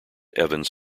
evans